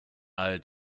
all